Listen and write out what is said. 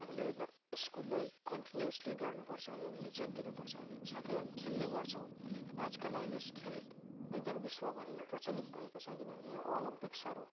हामीले यस कुरोलाई कन्टिनिउसली गर्नुपर्छ है अनि इज्जत दिनुपर्छ अनि साथै अनि खेल्ने गर्छौँ आजकाल है यस खेल एकदमै विश्वभरि प्रचलित भएको छ किनभने है ओलमपिक्सहरू